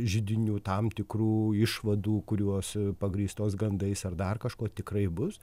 židinių tam tikrų išvadų kuriuos pagrįstos gandais ar dar kažko tikrai bus